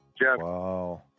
Wow